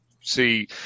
see